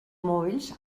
mòbils